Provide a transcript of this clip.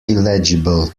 illegible